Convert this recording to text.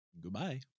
Goodbye